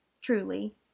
truly